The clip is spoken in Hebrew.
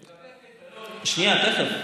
לגבי הקייטנות הציבוריות,